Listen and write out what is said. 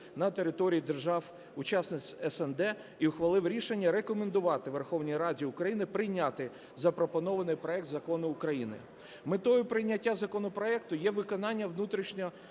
на територіях держав - учасниць СНД і ухвалив рішення рекомендувати Верховній Раді України прийняти запропонований проект закону України. Метою прийняття законопроекту є виконання внутрішньодержавних